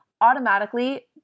automatically